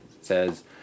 says